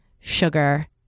sugar